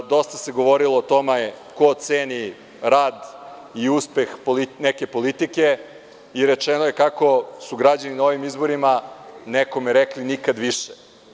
Dosta se govorilo o tome ko ceni rad i uspeh neke politike i rečeno je kako su građani na ovim izborima nekome rekli – nikad više.